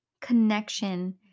connection